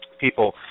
people